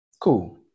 cool